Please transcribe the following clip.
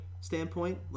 standpoint